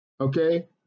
okay